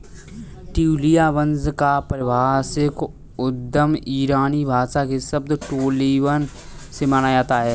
ट्यूलिया वंश का पारिभाषिक उद्गम ईरानी भाषा के शब्द टोलिबन से माना जाता है